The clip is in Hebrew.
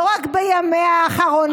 לא רק בימיה האחרונים,